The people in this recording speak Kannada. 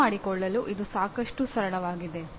ಅರ್ಥಮಾಡಿಕೊಳ್ಳಲು ಇದು ಸಾಕಷ್ಟು ಸರಳವಾಗಿದೆ